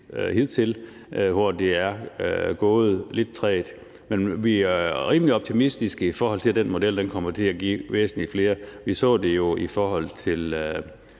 hidtil, hvor det er gået lidt trægt. Men vi er rimelig optimistiske, i forhold til at den model kommer til at give væsentlig flere. Vi så det jo i forhold til